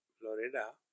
florida